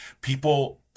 People